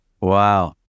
Wow